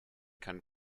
kann